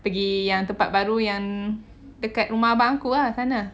pergi yang tempat baru yang dekat rumah abang aku ah sana